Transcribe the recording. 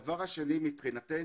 שתיים,